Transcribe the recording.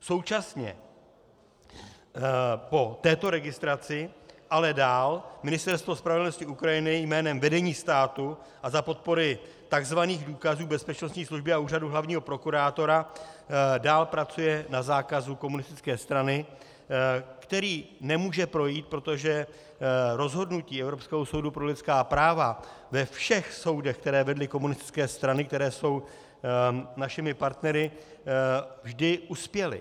Současně po této registraci ale dál Ministerstvo spravedlnosti Ukrajiny jménem vedení státu a za podpory takzvaných důkazů bezpečnostní služby a úřadu hlavního prokurátora dále pracuje na zákazu komunistické strany, který nemůže projít, protože rozhodnutí Evropského soudu pro lidská práva ve všech soudech, které vedly komunistické strany, které jsou našimi partnery, vždy uspěly.